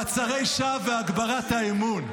מעצרי שווא והגברת האמון.